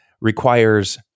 requires